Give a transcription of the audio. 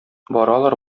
баралар